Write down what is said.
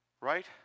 Right